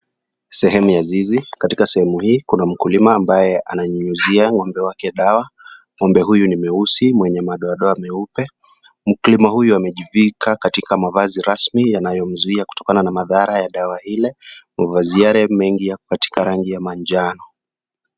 Sehemu ya zizi, katika sehemu hii kuna mkulima ambaye ananyunyuzia ng'ombe wake dawa.Ng'ombe huyu ni mweusi mwenye madoadoa meupe. Mkulima huyu amejivika katika mavazi rasmi yanayomzuia kutokana na madhara ya dawa ile mavazi yale mengi yako katika rangi ya manjano.